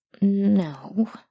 No